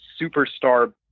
superstar